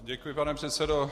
Děkuji, pane předsedo.